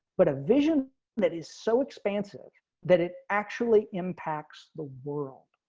but a vision that is so expansive that it actually impacts the world.